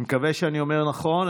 אני מקווה שאני אומר נכון.